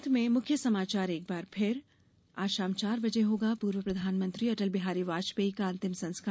अंत में मुख्य समाचार एक बार फिर आज शाम चार बजे होगा पूर्व प्रधानमंत्री अटल बिहारी वाजपेयी का अंतिम संस्कार